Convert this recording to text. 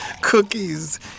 Cookies